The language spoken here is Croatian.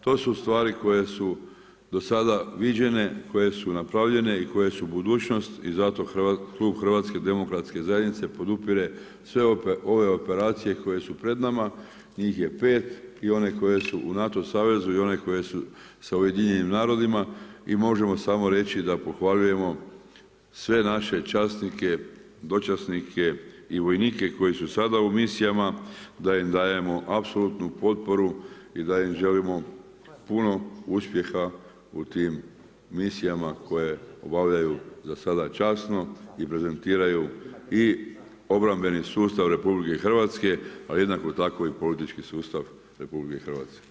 To su stvari koje su do sada viđene koje su napravljene i koje su budućnost i zato klub HDZ-a podupire sve ove operacije koje su pred nama, njih je pet i one koje su u NATO savezu i one koje su sa UN-om i možemo samo reći da pohvaljujemo sve naše časnike, dočasnike i vojnike koji su sada u misijama da im dajemo apsolutnu potporu i da im želimo puno uspjeha u tim misijama koje obavljaju za sada časno i prezentiraju i obrambeni sustav RH, a jednako tako i politički sustav RH.